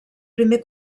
primer